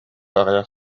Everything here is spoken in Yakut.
аҕыйах